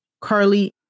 Carly